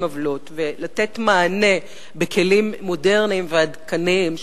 עוולות ולתת מענה בכלים מודרניים ועדכניים,